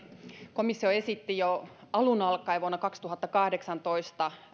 komissio esitti jo alun alkaen vuonna kaksituhattakahdeksantoista